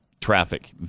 traffic